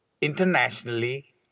internationally